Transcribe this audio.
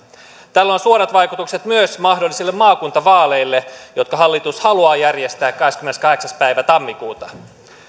tällä on suorat vaikutukset myös mahdollisille maakuntavaaleille jotka hallitus haluaa järjestää kahdeskymmeneskahdeksas päivä tammikuuta